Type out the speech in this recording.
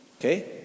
Okay